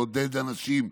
לעודד אנשים,